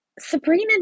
Sabrina